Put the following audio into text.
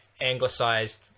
Anglicized